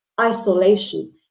isolation